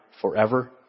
forever